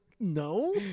No